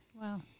Wow